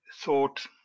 thought